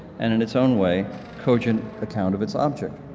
and in its own way, cogent account of its object.